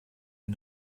wir